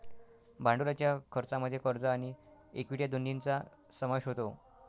भांडवलाच्या खर्चामध्ये कर्ज आणि इक्विटी या दोन्हींचा समावेश होतो